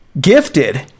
gifted